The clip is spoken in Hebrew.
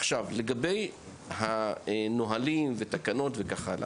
עכשיו, לגבי הנהלים, תקנות וכך הלאה,